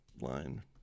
line